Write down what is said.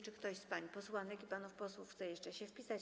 Czy ktoś z pań posłanek i panów posłów chce się jeszcze wpisać?